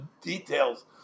details